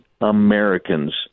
Americans